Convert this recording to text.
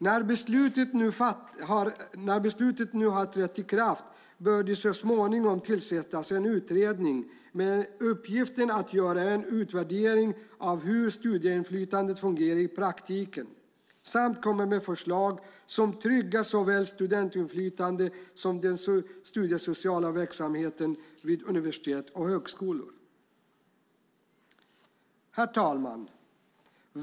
När beslutet nu har trätt i kraft bör det så småningom tillsättas en utredning med uppgiften att göra en utvärdering av hur studieinflytandet fungerar i praktiken samt komma med förslag som tryggar såväl studentinflytandet som den studiesociala verksamheten vid universitet och högskolor. Herr talman!